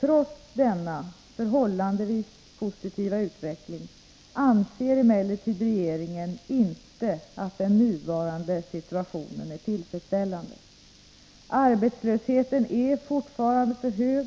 Trots denna förhållandevis positiva utveckling anser emellertid regeringen inte att den nuvarande situationen är tillfredsställande. Arbetslösheten är fortfarande för hög,